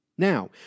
Now